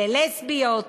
ללסביות,